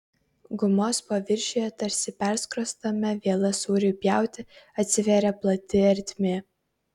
gumos paviršiuje tarsi perskrostame viela sūriui pjauti atsivėrė plati ertmė